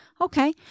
okay